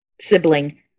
sibling